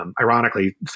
Ironically